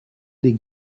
les